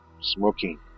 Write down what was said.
smoking